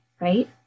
right